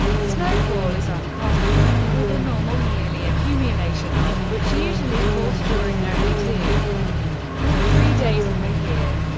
snowfall is uncommon with a normal yearly accumulation of, which usually falls during only two or three days per year.